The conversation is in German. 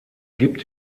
gibt